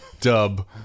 dub